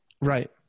Right